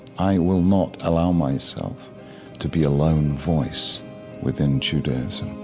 i will not allow myself to be a lone voice within judaism